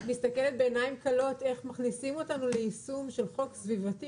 מסתכלת בעיניים כלות איך מכניסים אותנו ליישום של חוק סביבתי